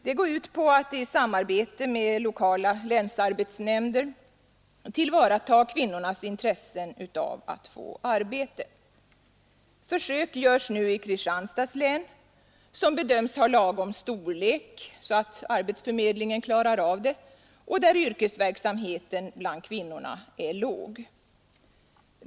Det går ut på ett samarbete mellan delegationen och de lokala länsarbetsnämnderna för att tillvarata kvinnornas intresse av att få arbete. Försök görs nu i Kristianstads län, som bedöms ha lagom storlek, så att arbetsförmedlingen klarar av det, och där yrkesverksamheten bland kvinnorna är låg.